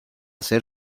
ser